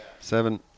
Seven